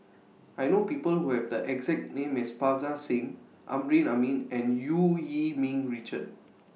I know People Who Have The exact name as Parga Singh Amrin Amin and EU Yee Ming Richard